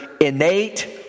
innate